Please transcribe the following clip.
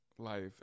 Life